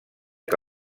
que